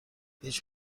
هیچ